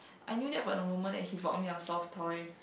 I knew that for the moment that he bought me a soft toy